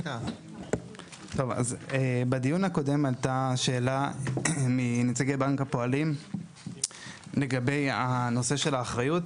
אז בדיון הקודם עלתה שאלה מנציגי בנק הפועלים לגבי הנושא של האחריות.